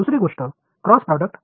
மற்றுமொரு விஷயம் cross product